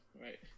Right